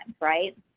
right